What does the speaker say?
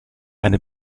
eine